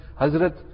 Hazrat